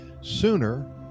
sooner